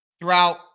throughout